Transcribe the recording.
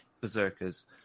berserkers